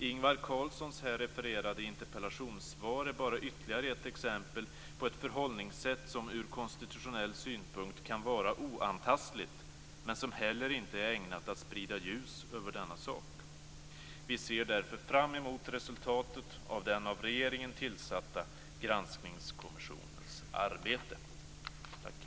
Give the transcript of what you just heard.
Ingvar Carlssons här refererade interpellationssvar är bara ytterligare ett exempel på ett förhållningssätt som ur konstitutionell synpunkt kan vara oantastligt, men som heller inte är ägnat att sprida ljus över denna sak. Vi ser därför fram emot resultatet av den av regeringen tillsatta granskningskommissionens arbete." Tack!